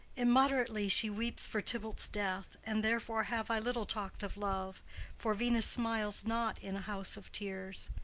immoderately she weeps for tybalt's death, and therefore have i little talk'd of love for venus smiles not in a house of tears.